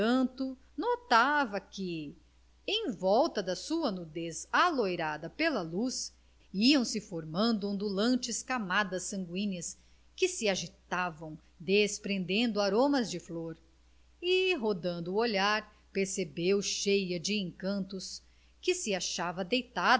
entretanto notava que em volta da sua nudez alourada pela luz iam-se formando ondulantes camadas sangüíneas que se agitavam desprendendo aromas de flor e rodando o olhar percebeu cheia de encantos que se achava deitada